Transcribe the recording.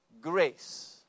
grace